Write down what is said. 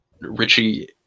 Richie